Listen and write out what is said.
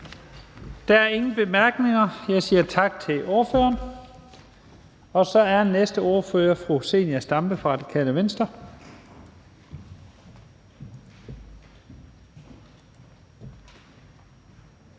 Der er ingen korte bemærkninger. Jeg siger tak til ordføreren. Næste ordfører er fru Zenia Stampe fra Radikale Venstre.